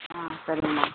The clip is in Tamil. ஆ சரிங்கம்மா